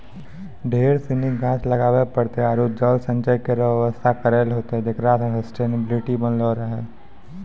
ढेर सिनी गाछ लगाबे पड़तै आरु जल संचय केरो व्यवस्था करै ल होतै जेकरा सें सस्टेनेबिलिटी बनलो रहे